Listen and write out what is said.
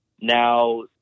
now